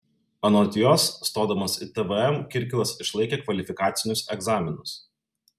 anot jos stodamas į tvm kirkilas išlaikė kvalifikacinius egzaminus